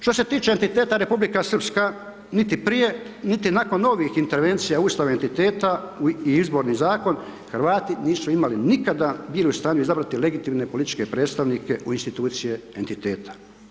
Što se tiče entiteta Republika Srpska niti prije, niti nakon ovih intervencija u ustav entiteta i izborni zakon Hrvati nisu imali nikada, bili u stanju izabrati legitimne političke predstavnike u institucije entiteta.